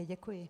Děkuji.